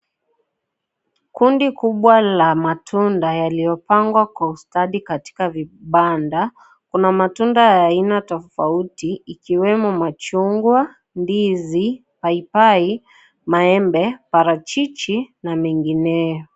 Kundi kubwa la matunda yaliopangwa kwa ustadi katika vibanda, kuna matunda ya aina tofauti ikiwemo machungwa, ndizi, paipai, maembe, parachichi, na mingineo.